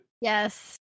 Yes